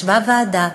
ישבה הוועדה,